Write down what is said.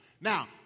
Now